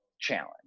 challenge